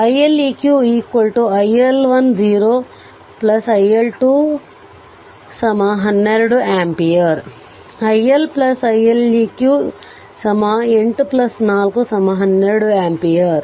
i Leq iL1 0 iL2 12 ampere l L i Leq 8 4 12 ampere